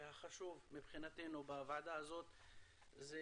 והחשוב מבחינתנו בוועדה הזאת זה